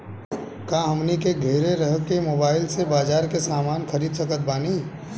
का हमनी के घेरे रह के मोब्बाइल से बाजार के समान खरीद सकत बनी?